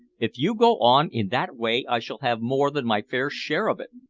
if you go on in that way i shall have more than my fair share of it!